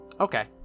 Okay